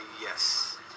yes